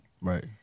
Right